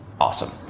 awesome